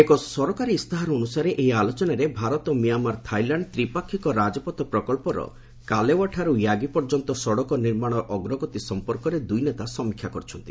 ଏକ ସରକାରୀ ଇସ୍ତାହାର ଅନୁସାରେ ଏହି ଆଲୋଚନାରେ ଭାରତ ମ୍ୟାଁମାର ଥାଇଲାଣ୍ଡ ତ୍ରିପାକ୍ଷିକ ରାଜପଥ ପ୍ରକଳ୍ପର କାଲେଓ୍ବାଠାରୁ ୟାଗି ପର୍ଯ୍ୟନ୍ତ ସଡ଼କ ନିର୍ମାଣର ଅଗ୍ରଗତି ସଂପର୍କରେ ଦୁଇ ନେତା ସମୀକ୍ଷା କରିଛନ୍ତି